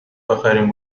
اخرین